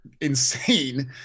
insane